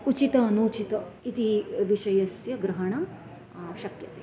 उचितः अनुचितः इति विषयस्य ग्रहणं शक्यते